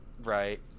right